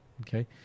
okay